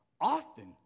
often